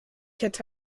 hätte